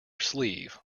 sleeve